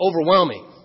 overwhelming